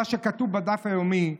מה שכתוב בדף היומי,